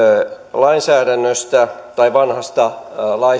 lainsäädännöstä vanhasta